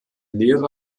lehre